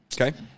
Okay